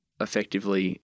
effectively